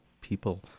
people